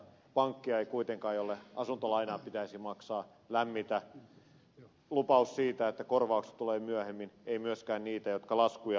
pankkia jolle asuntolainaa pitäisi maksaa ei kuitenkaan lämmitä lupaus siitä että korvaukset tulevat myöhemmin ei myöskään niitä jotka laskuja lähettävät